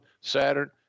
Saturn